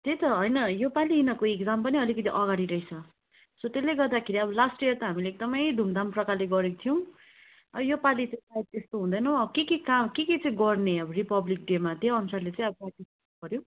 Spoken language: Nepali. त्यही त होइन यो पालि यिनीहरूको एक्जाम पनि अलिकति अगाडि रहेछ सो त्यसले गर्दाखेरि अब लास्ट यर त हामीले एकदमै धुमधाम प्रकारले गरेको थियौँ अँ यो पालि त सायद त्यस्तो हुँदैन के के कहाँ के के चाहिँ गर्ने अब रिपब्लिक डेमा त्यहीअन्सारले चाहिँ अब गर्नुपऱ्यो